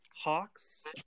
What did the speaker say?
Hawks